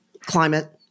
climate